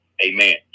Amen